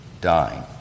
dying